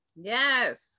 Yes